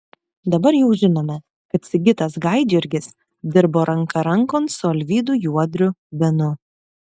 dabar jau žinome kad sigitas gaidjurgis dirbo ranka rankon su alvydu juodriu benu